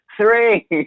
three